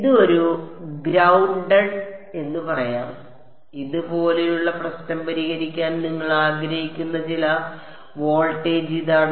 ഇത് നമുക്ക് ഒരു ഗ്രൌണ്ടഡ് എന്ന് പറയാം ഇത് പോലെയുള്ള പ്രശ്നം പരിഹരിക്കാൻ നിങ്ങൾ ആഗ്രഹിക്കുന്ന ചില വോൾട്ടേജ് ഇതാണ്